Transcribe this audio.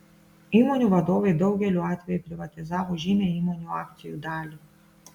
įmonių vadovai daugeliu atveju privatizavo žymią įmonių akcijų dalį